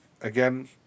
again